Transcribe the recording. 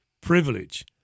privilege